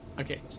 Okay